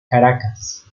caracas